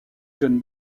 jeune